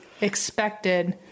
expected